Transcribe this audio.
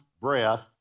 breath